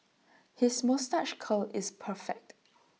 his moustache curl is perfect